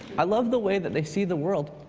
i love the way that they see the world,